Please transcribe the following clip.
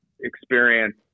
experience